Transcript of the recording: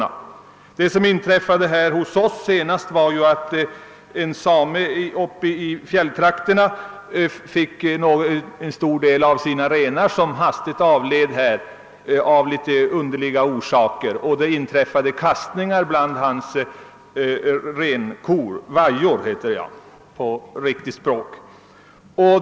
Senast har det inträffat en händelse i fjällvärlden, där en betydande del av en sames renar avlidit av icke fullt klarlagda orsaker. Vidare har det förekommit att vajor i förtid kastat sina foster.